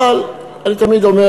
אבל אני תמיד אומר,